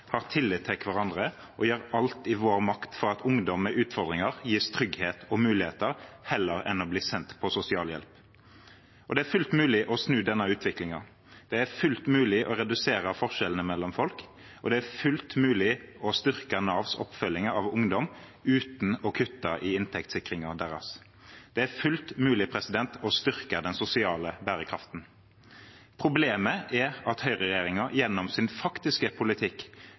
har tillit til hverandre og gjør alt som står i vår makt for at ungdom med utfordringer gis trygghet og muligheter heller enn å bli sendt på sosialhjelp. Det er fullt mulig å snu denne utviklingen, det er fullt mulig å redusere forskjellene mellom folk, og det er fullt mulig å styrke Navs oppfølging av ungdom, uten å kutte i inntektssikringen deres. Det er fullt mulig å styrke den sosiale bærekraften. Problemet er at høyreregjeringen gjennom sin faktiske politikk